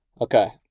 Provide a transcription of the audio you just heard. Okay